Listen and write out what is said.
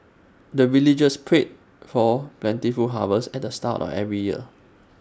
the villagers pray for plentiful harvest at the start of every year